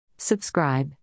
Subscribe